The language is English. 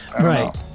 right